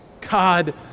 God